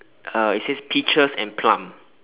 uh it says peaches and plum